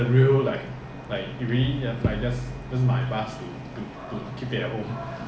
the aircon one ah mm aircon mm probably take aircon lah the first gen of the super bus lah